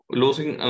losing